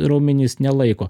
raumenys nelaiko